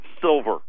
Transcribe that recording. silver